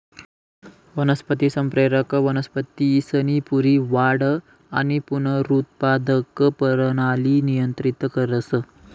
वनस्पती संप्रेरक वनस्पतीसनी पूरी वाढ आणि पुनरुत्पादक परणाली नियंत्रित करस